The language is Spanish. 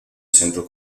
centro